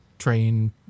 Train